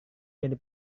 jadi